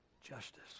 justice